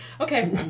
Okay